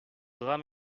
drame